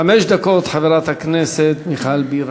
חמש דקות, חברת הכנסת מיכל בירן.